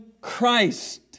Christ